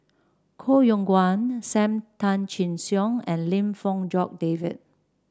Koh Yong Guan Sam Tan Chin Siong and Lim Fong Jock David